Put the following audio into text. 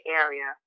area